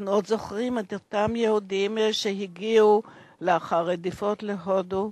אנחנו עוד זוכרים את אותם יהודים שהגיעו לאחר רדיפות להודו,